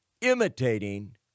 imitating